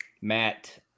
Matt